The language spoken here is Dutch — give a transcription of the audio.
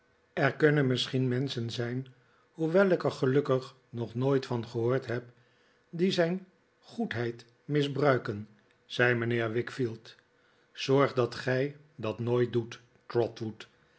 er kunnen misschien inenschen zijn hoewel ik er gelukkig nog nooit van gehoord heb die zijn goedheid misbruiken zei mijnheer wickfield zorg dat gij dat nooit doet